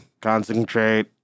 Concentrate